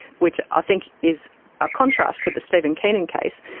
which i think is a contrast to the stephen keenan case.